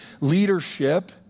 leadership